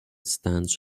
stands